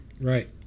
Right